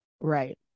right